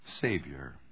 Savior